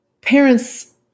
parents